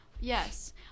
yes